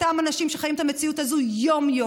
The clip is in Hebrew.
אותם אנשים שחיים את המציאות הזו יום-יום,